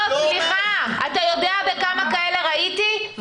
לא, סליחה, אתה יודע כמה כאלה ראיתי?